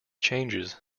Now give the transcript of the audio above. changes